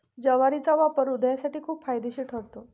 ज्वारीचा वापर हृदयासाठी खूप फायदेशीर ठरतो